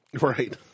Right